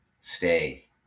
stay